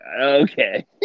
Okay